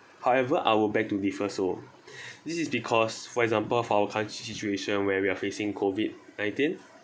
however I would beg to differ so this is because for example for our country situation where we are facing COVID nineteen